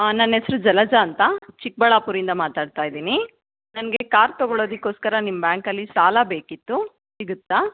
ಹಾಂ ನನ್ನ ಹೆಸ್ರು ಜಲಜ ಅಂತ ಚಿಕ್ಕಬಳ್ಳಾಪುರಿಂದ ಮಾತಾಡ್ತಾಯಿದ್ದೀನಿ ನನಗೆ ಕಾರ್ ತಗೊಳ್ಳೋದಕ್ಕೋಸ್ಕರ ನಿಮ್ಮ ಬ್ಯಾಂಕಲ್ಲಿ ಸಾಲ ಬೇಕಿತ್ತು ಸಿಗುತ್ತಾ